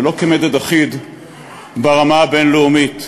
ולא כמדד אחיד ברמה הבין-לאומית.